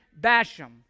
Basham